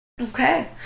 Okay